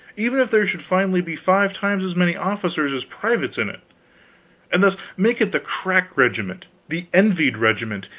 even if there should finally be five times as many officers as privates in it and thus make it the crack regiment, the envied regiment,